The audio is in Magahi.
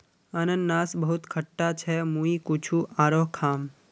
अनन्नास बहुत खट्टा छ मुई कुछू आरोह खाम